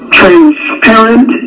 transparent